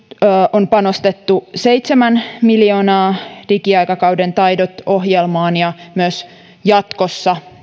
on panostettu seitsemän miljoonaa digiaikakauden taidot ohjelmaan ja myös jatkossa